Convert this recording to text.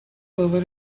باور